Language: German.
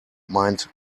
meint